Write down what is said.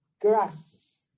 Grass